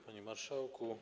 Panie Marszałku!